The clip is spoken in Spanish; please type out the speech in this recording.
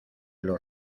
los